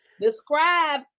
Describe